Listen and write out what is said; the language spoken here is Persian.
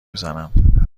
میزنم